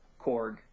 Korg